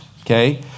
okay